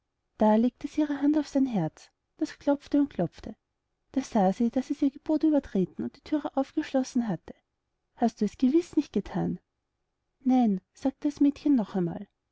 da legte sie ihre hand auf sein herz das klopfte und klopfte da sah sie daß es ihr gebot übertreten und die thüre aufgeschlossen hatte hast du es gewiß nicht gethan nein sagte das mädchen noch einmal